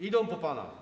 Idą po pana.